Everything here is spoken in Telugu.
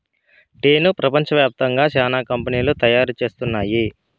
టీను ప్రపంచ వ్యాప్తంగా చానా కంపెనీలు తయారు చేస్తున్నాయి